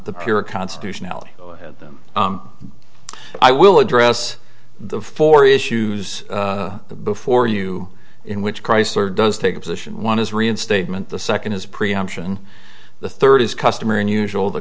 the pure constitutionally them i will address the four issues before you in which chrysler does take a position one is reinstatement the second is preemption the third is customary unusual the